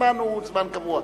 הזמן הוא זמן קבוע.